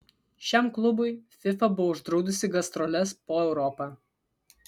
šiam klubui fifa buvo uždraudusi gastroles po europą